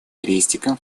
крестиком